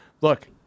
Look